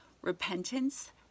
repentance